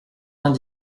vingt